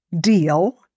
deal